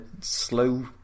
slow